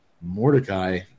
Mordecai